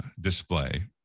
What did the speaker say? display